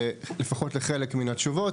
לפחות עם חלק מן התשובות.